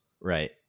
Right